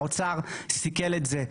האוצר סיכל את זה,